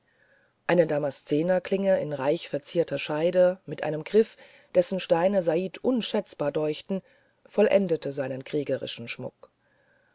eine damaszenerklinge in reich verzierter scheide mit einem griff dessen steine said unschätzbar deuchten vollendete seinen kriegerischen schmuck